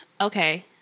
okay